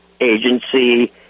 agency